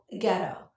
ghetto